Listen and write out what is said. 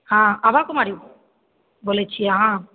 हँ आभा कुमारी बोलै छी अहाँ